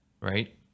Right